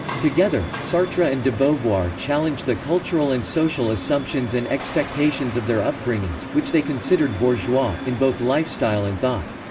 together, sartre and de beauvoir challenged the cultural and social assumptions and expectations of their upbringings, which they considered bourgeois, in both lifestyle and thought.